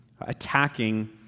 attacking